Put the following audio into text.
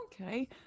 Okay